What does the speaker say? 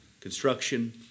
construction